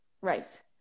right